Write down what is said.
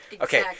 Okay